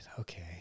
Okay